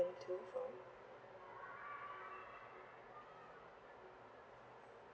to for